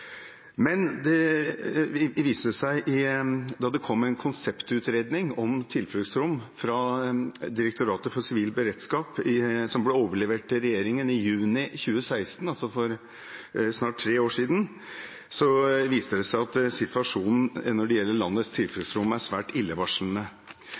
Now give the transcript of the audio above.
da det kom en konseptutredning om tilfluktsrom fra Direktoratet for samfunnssikkerhet og beredskap, DSB, som ble overlevert til regjeringen i juni 2016, altså for snart tre år siden, viste det seg at situasjonen når det gjelder landets